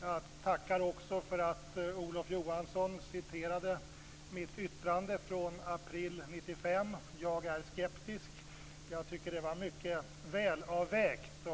Jag tackar också för att Olof Johansson citerade mitt yttrande från april 1995, då jag sade: "Jag är skeptisk." Jag tycker att det var mycket välavvägt.